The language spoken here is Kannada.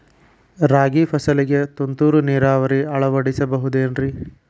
ರಾಗಿ ಫಸಲಿಗೆ ತುಂತುರು ನೇರಾವರಿ ಅಳವಡಿಸಬಹುದೇನ್ರಿ?